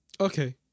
Okay